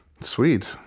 Sweet